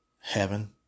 heaven